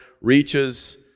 reaches